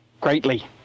greatly